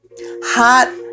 Hot